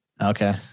Okay